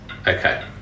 Okay